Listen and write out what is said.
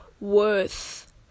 worth